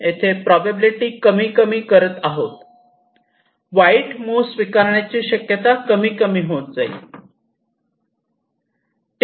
येथे प्रोबॅबिलिटी कमी करीत आहोत वाईट मूव्ह स्वीकारण्याची शक्यता कमी कमी होत जाईल